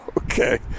Okay